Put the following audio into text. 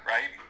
Right